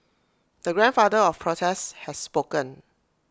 the grandfather of protests has spoken